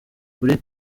kuri